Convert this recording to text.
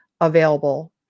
available